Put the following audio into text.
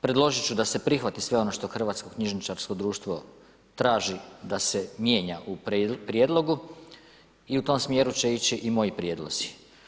Predložit ću da se prihvati sve ono što Hrvatsko knjižničarsko društvo traži da se mijenja u prijedlogu i u tom smjeru će ići i moji prijedlozi.